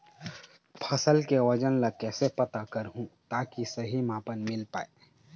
फसल के वजन ला कैसे पता करहूं ताकि सही मापन मील पाए?